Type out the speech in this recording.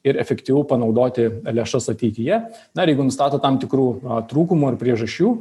ir efektyviau panaudoti lėšas ateityje na ir jeigu nustato tam tikrų trūkumų ar priežasčių